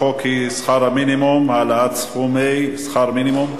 הצעת החוק היא שכר המינימום (העלאת סכומי שכר מינימום,